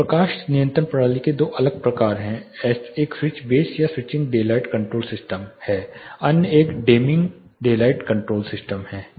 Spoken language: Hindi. प्रकाश नियंत्रण प्रणाली के दो अलग अलग प्रकार हैं एक स्विच बेस या स्विचिंग डेलाइट कंट्रोल सिस्टम है अन्य एक डेमिंग डेलाइट कंट्रोल सिस्टम है